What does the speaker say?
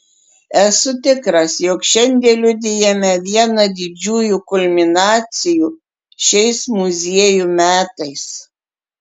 esu tikras jog šiandien liudijame vieną didžiųjų kulminacijų šiais muziejų metais